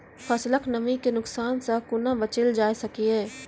फसलक नमी के नुकसान सॅ कुना बचैल जाय सकै ये?